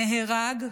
נהרג,